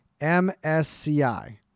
MSCI